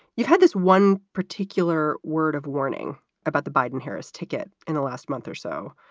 you've had this one particular word of warning about the biden harris ticket in the last month or so.